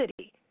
city